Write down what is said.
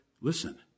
Listen